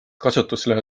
kasutusloa